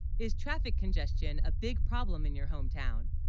his traffic congestion a big problem in your hometown